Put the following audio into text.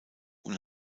und